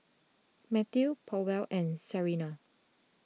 Matthew Powell and Sarina